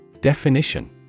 Definition